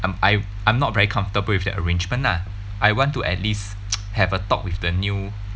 um I I'm not very comfortable with that arrangement lah I want to at least have a talk with the new